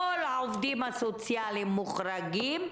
כל העובדים הסוציאליים מוחרגים,